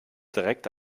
direkt